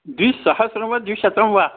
द्विसहस्रं वा द्विशतं वा